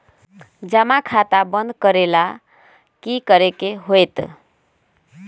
जमा खाता बंद करे ला की करे के होएत?